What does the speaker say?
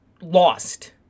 lost